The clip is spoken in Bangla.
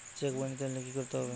চেক বই নিতে হলে কি করতে হবে?